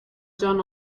john